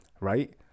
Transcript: right